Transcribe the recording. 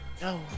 No